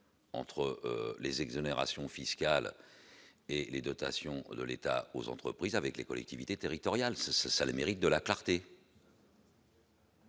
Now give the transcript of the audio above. entre les exonérations fiscales et les dotations de l'État aux entreprises avec les collectivités territoriales, c'est ça le mérite de la clarté.